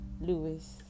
Lewis